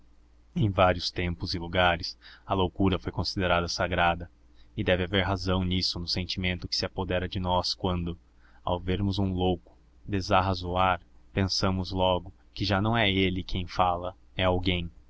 em vários tempos e lugares a loucura foi considerada sagrada e deve haver razão nisso no sentimento que se apodera de nós quando ao vermos um louco desarrazoar pensamos logo que já não é ele quem fala é alguém